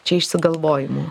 čia išsigalvojimų